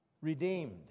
redeemed